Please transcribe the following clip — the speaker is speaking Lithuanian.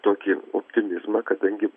tokį optimizmą kadangi